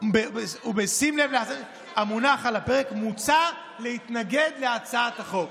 ובשים לב למונח על הפרק מוצע להתנגד להצעת החוק.